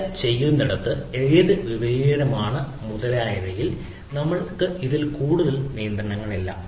data സ്ഥിതിചെയ്യുന്നിടത്ത് ഏത് വിപുലീകരണമാണ് മുതലായവയിൽ നമ്മൾക്ക് കൂടുതൽ നിയന്ത്രണമില്ല